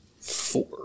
Four